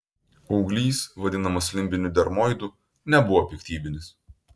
auglys vadinamas limbiniu dermoidu nebuvo piktybinis